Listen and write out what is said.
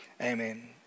Amen